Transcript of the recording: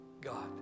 God